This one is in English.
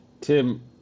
Tim